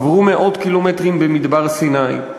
עברו מאות קילומטרים במדבר סיני,